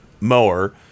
mower